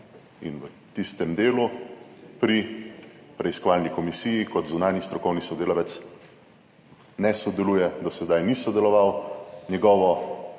in v tistem delu pri preiskovalni komisiji kot zunanji strokovni sodelavec ne sodeluje, do sedaj ni sodeloval, njegovo